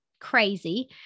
crazy